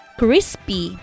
crispy